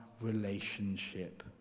relationship